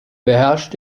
beherrscht